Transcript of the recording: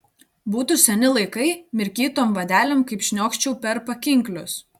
būtų seni laikai mirkytom vadelėm kaip šniočiau per pakinklius